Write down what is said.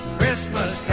Christmas